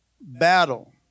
battle